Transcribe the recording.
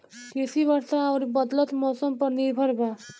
कृषि वर्षा आउर बदलत मौसम पर निर्भर बा